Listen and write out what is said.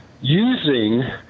using